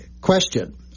Question